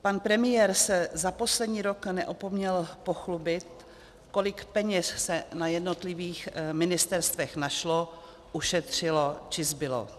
Pan premiér se za poslední rok neopomněl pochlubit, kolik peněz se na jednotlivých ministerstvech našlo, ušetřilo či zbylo.